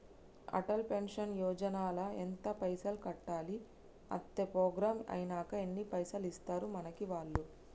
Atal pension Yojana ల ఎంత పైసల్ కట్టాలి? అత్తే ప్రోగ్రాం ఐనాక ఎన్ని పైసల్ ఇస్తరు మనకి వాళ్లు?